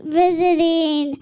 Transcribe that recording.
visiting